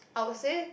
I would say